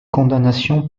condamnations